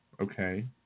Okay